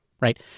right